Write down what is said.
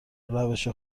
روش